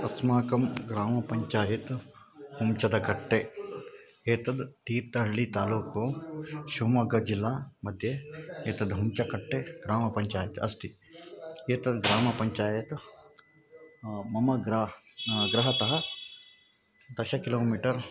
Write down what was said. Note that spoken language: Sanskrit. अस्माकं ग्रामपञ्चायत् हुञ्चदकट्टे एतद् तीर्थहल्लि तालोकु शिव्मोग्गा जिल्लामध्ये एतद् हुंचकट्टे ग्रामपञ्चायत् अस्ति एतद् ग्रामपञ्चायत् मम ग्रा गृहतः दश किलोमीटर्